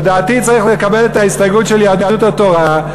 לדעתי צריך לקבל את ההסתייגות של יהדות התורה,